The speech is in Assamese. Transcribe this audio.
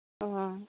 অঁ